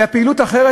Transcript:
ואת הפעילות האחרת,